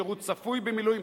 שירות צפוי במילואים,